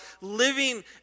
Living